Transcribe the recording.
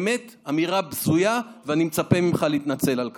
זו באמת אמירה בזויה, ואני מצפה ממך להתנצל על כך.